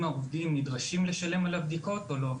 העובדים נדרשים לשלם על הבדיקות או לא?